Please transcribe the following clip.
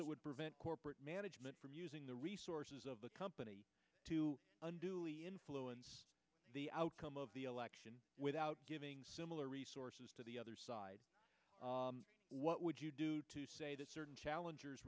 that would prevent corporate management from using the resources of the company to unduly influence the outcome of the election without giving similar resources to the other side what would you say to certain challenger